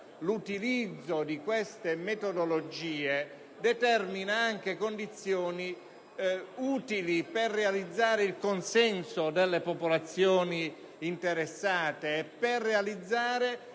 l'utilizzo di queste metodologie determina anche condizioni utili per ottenere il consenso delle popolazioni interessate, per realizzare